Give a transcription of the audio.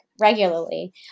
regularly